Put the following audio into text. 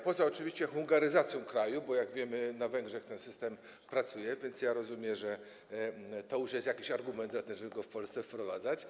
Poza oczywiście hungaryzacją kraju, bo, jak wiemy, na Węgrzech ten system działa, więc rozumiem, że to już jest jakiś argument za tym, żeby go w Polsce wprowadzać.